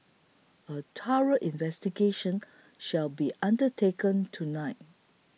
a thorough investigation shall be undertaken tonight